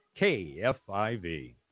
KFIV